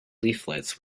leaflets